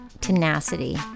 tenacity